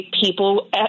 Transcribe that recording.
people